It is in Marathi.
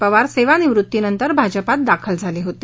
पवार सेवानिवृत्तीनंतर भाजपात दाखल झाले होते